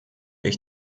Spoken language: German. ich